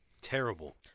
terrible